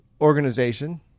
organization